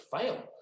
fail